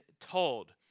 told